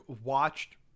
watched